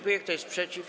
Kto jest przeciw?